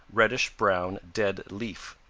reddish-brown dead leaf.